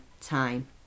time